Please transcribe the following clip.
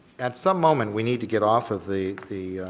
at some moment we need to get off of the the